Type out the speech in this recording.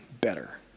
better